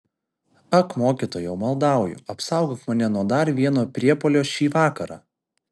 ak mokytojau maldauju apsaugok mane nuo dar vieno priepuolio šį vakarą